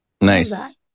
Nice